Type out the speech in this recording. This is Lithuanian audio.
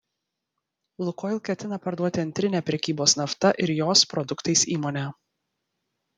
lukoil ketina parduoti antrinę prekybos nafta ir jos produktais įmonę